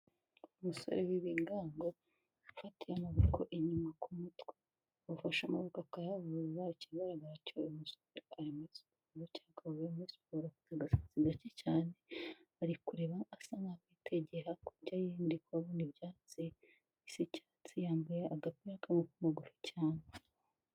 Abasore b'ibingango bafatiye amaboko inyuma ku mutwe hari uwafashe amaboko akayahuza kigaragara cyo bari muri siporo, afite agasatsi gake cyane ari kureba asa nk'aho ari kwigera hakurya, yambaye agapira k'amaboko magufi cyane.